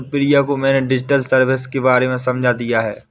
अनुप्रिया को मैंने digital service के बारे में समझा दिया है